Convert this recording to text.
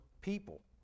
people